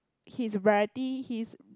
his variety his